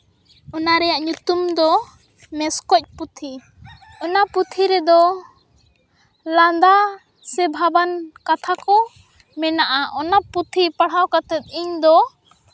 ᱚᱱᱟ ᱨᱮᱭᱟᱜ ᱧᱩᱛᱩᱢ ᱫᱚ ᱢᱮᱥᱠᱚᱡ ᱯᱩᱛᱷᱤ ᱚᱱᱟ ᱯᱩᱛᱷᱤ ᱨᱮᱫᱚ ᱞᱟᱸᱫᱟ ᱥᱮ ᱵᱷᱟᱵᱟᱱ ᱠᱟᱛᱷᱟ ᱠᱚ ᱢᱮᱱᱟᱜᱼᱟ ᱚᱱᱟ ᱯᱩᱛᱷᱤ ᱯᱟᱲᱦᱟᱣ ᱠᱟᱛᱮᱫ ᱤᱧᱫᱚ